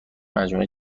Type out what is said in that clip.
مجموعه